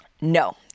No